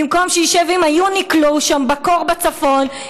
במקום שישב עם היוניקלו שם בקור בצפון,